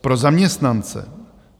Pro zaměstnance,